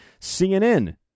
CNN